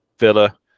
Villa